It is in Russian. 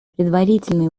предварительные